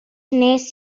nes